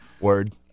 Word